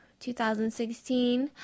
2016